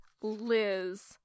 Liz